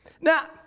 Now